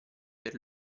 per